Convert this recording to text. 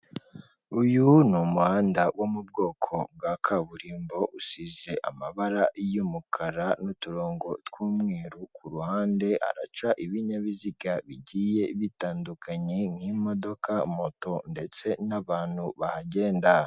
Uyu ni umuhanda wo mu bwoko bwa kaburimbo, usize amabara y'umukara n'uturongo tw'umweru ku ruhande, haraca ibinyabiziga bigiye bitandukanye nk'imodoka, moto ndetse n'abantu bahagenda.